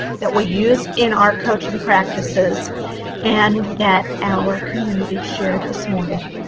that we use in our coaching practices and that our community shared this morning